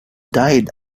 died